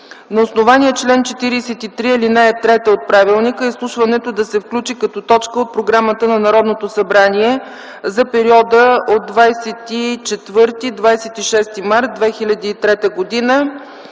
На основание чл. 43, ал. 3 от правилника изслушването да се включи като точка от програмата на Народното събрание за периода 24-26 март 2010 г.”